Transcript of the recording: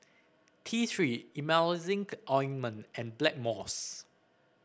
T Three Emulsying Ointment and Blackmores